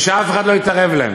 ושאף אחד לא יתערב להם.